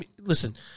listen